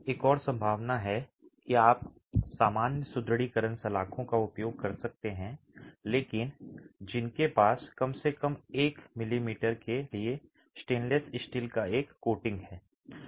एक और संभावना है कि आप सामान्य सुदृढीकरण सलाखों का उपयोग कर सकते हैं लेकिन जिनके पास कम से कम एक मिलीमीटर के लिए स्टेनलेस स्टील का एक कोटिंग है